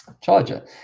charger